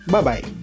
Bye-bye